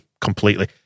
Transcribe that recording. completely